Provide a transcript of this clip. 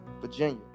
Virginia